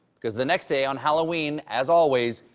because the next day on halloween, as always,